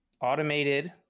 Automated